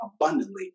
abundantly